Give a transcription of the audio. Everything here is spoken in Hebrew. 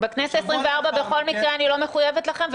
בכנסת העשרים-וארבע בכל מקרה אני לא מחויבת לכם,